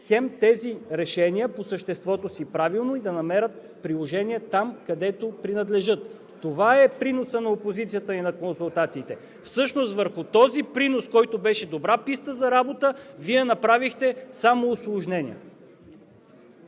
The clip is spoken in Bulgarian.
хем тези решения – правилни по съществото си, да намерят приложение там, където принадлежат. Това е приносът на опозицията, на консултациите и всъщност върху този принос, който беше добра писта за работа, Вие направихте само усложнения.